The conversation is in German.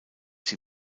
sie